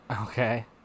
Okay